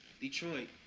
Detroit